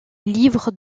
livres